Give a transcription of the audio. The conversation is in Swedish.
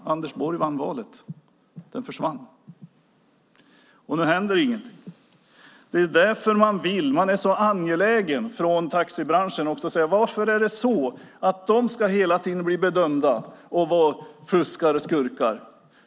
Anders Borg vann valet, och den försvann. Nu händer ingenting. Det är därför man är så angelägen från taxibranschen och undrar varför de hela tiden ska bli dömda som fuskare och skurkar.